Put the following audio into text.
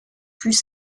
plus